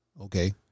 Okay